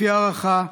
לפי הערכה,